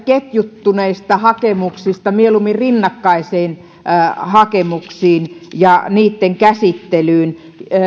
ketjuttuneista hakemuksista mieluummin rinnakkaisiin hakemuksiin ja niitten käsittelyyn